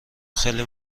خیلی